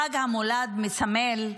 חג המולד מסמל,